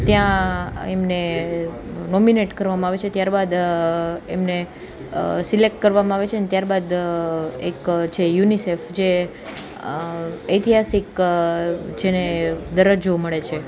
ત્યાં એમને નોમિનેટ કરવામાં આવે છે ત્યારબાદ એમને સિલેક્ટ કરવામાં આવે છે ત્યારબાદ એક જે યુનિસેફ જે ઐતિહાસિક જેને દરજ્જો મળે છે